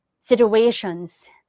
situations